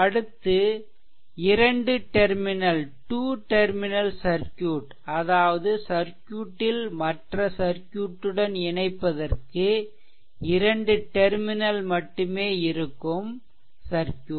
அடுத்து இரண்டு terminal circuit அதாவது சர்க்யூட்டில் மற்ற சர்க்யூட்டுடன் இணைப்பதற்கு இரண்டு டெர்மினல் மட்டுமே இருக்கும் சர்க்யூட்